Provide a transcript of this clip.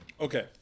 Okay